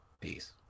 peace